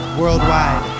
worldwide